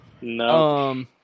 No